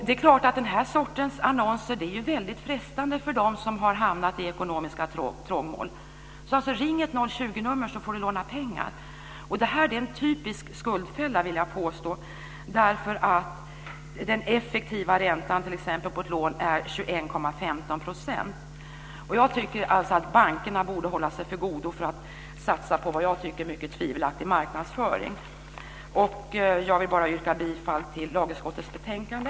Det är klart att den här sortens annonser är väldigt frestande för dem som har hamnat i ekonomiska trångmål, där man uppmanas att ringa ett 020 nummer för att få låna pengar. Det här är en typisk skuldfälla, vill jag påstå, därför att den effektiva räntan på ett lån är 21,15 %. Jag tycker alltså att bankerna borde hålla sig för goda för att satsa på vad jag tycker är en mycket tvivelaktig marknadsföring. Jag yrkar bifall till förslaget i lagutskottets betänkande.